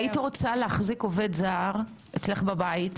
היית רוצה להחזיק עובד זר אצלך בבית,